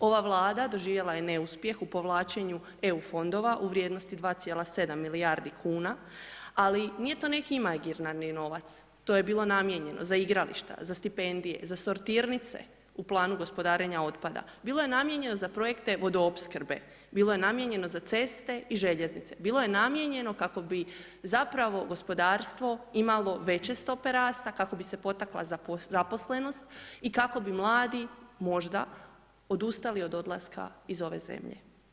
Ova Vlada doživjela je neuspjeh u povlačenu EU fondova u vrijednosti 2,7 milijardi kuna, ali nije to neki imaginarni novac, to je bilo namijenjeno za igrališta, za stipendije, za sortirnice u planu gospodarenja otpada, bilo je namijenjeno za projekte vodoopskrbe, bilo je namijenjeno za ceste i željeznice, bilo je namijenjeno kako bi zapravo gospodarstvo imalo veće stope rasta, kako bi se potakla zaposlenost, i kako bi mladi, možda, odustali od odlaska iz ove zemlje.